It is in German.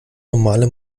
normale